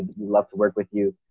love to work with you.